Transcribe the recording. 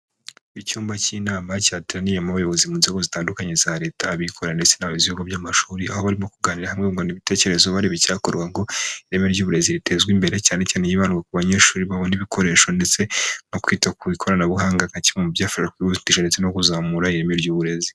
Icyumba cy'inama cyateraniyemo abayobozi mu nzego zitandukanye za leta abikorera ndetse n'abayobozi b'ibigo by'amashuri, aho barimo kuganirira hamwe bungurana n'ibitekerezo ngo barebe icyakorwa ngo ireme ry'uburezi ritezwe imbere cyane cyane hibandwa ku banyeshuri babona ibikoresho ndetse no kwita ku ikoranabuhanga nka kimwe mu byifashiwa mu kwita ndetse no kuzamura ireme ry'uburezi.